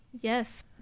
Yes